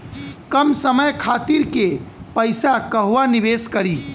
कम समय खातिर के पैसा कहवा निवेश करि?